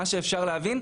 ממה שאפשר להבין,